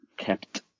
Kept